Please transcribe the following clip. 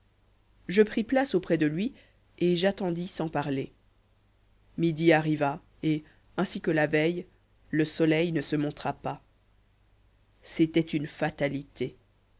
je pris place auprès de lui et j'attendis sans parler midi arriva et ainsi que la veille le soleil ne se montra pas c'était une fatalité